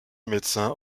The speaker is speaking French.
médecin